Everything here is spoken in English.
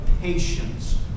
patience